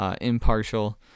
impartial